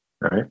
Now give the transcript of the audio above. right